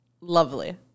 lovely